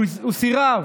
הוא סירב,